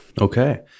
Okay